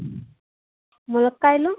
మునక్కాయలు